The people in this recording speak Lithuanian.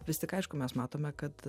vis tik aišku mes matome kad